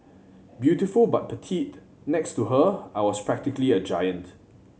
beautiful but petite next to her I was practically a giant